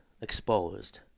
exposed